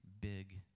big